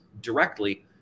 directly